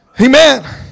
Amen